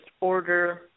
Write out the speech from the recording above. order